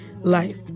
life